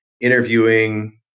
interviewing